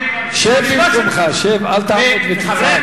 שב במקומך, שב, אל תעמוד ותצעק.